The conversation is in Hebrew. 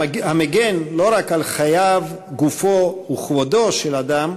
המגן לא רק על חייו, גופו וכבודו של האדם,